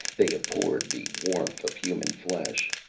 they abhorred the warmth of human flesh.